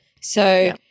So-